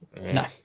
No